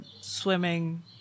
swimming